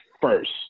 first